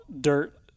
dirt